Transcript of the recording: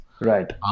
right